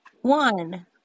one